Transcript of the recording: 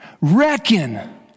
reckon